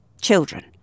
Children